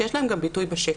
שיש להן גם ביטוי בשטח.